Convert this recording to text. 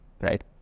right